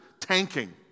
tanking